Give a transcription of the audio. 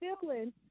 feeling